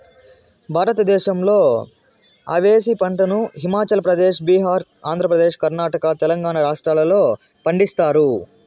భారతదేశంలో అవిసె పంటను హిమాచల్ ప్రదేశ్, బీహార్, ఆంధ్రప్రదేశ్, కర్ణాటక, తెలంగాణ రాష్ట్రాలలో పండిస్తారు